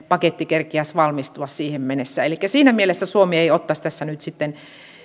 paketti kerkiäisi valmistua siihen mennessä elikkä siinä mielessä suomi ei ottaisi tässä nyt sitten